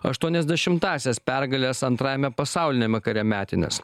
aštuoniasdešimtąsias pergalės antrajame pasauliniame kare metines